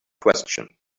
question